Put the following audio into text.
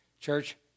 Church